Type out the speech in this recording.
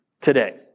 today